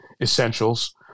essentials